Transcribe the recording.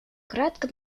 кратко